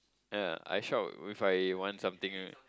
ya I shop if I want something